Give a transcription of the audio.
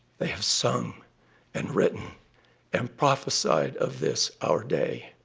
they have sung and written and prophesied of this our day